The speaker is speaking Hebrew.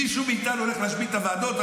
מישהו מאיתנו הולך להשבית את הוועדות?